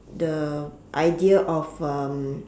the idea of um